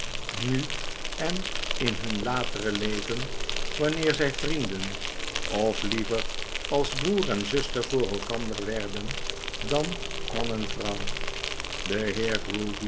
nu en in hun later leven wanneer zy vrienden of liever als broer en zuster voor elkander werden dan man en vrouw